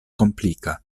komplika